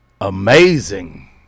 Amazing